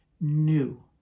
new